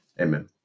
Amen